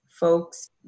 Folks